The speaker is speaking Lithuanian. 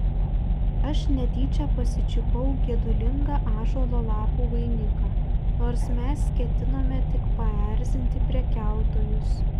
aš netyčia pasičiupau gedulingą ąžuolo lapų vainiką nors mes ketinome tik paerzinti prekiautojus